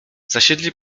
zasiedli